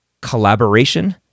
Collaboration